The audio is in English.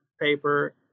paper